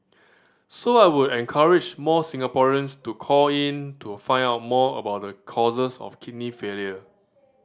so I would encourage more Singaporeans to call in to find out more about the causes of kidney failure